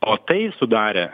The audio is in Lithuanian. o tai sudarė